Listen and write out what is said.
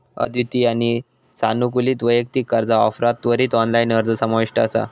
अद्वितीय आणि सानुकूलित वैयक्तिक कर्जा ऑफरात त्वरित ऑनलाइन अर्ज समाविष्ट असा